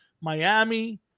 Miami